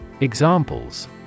Examples